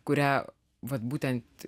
kurią vat būtent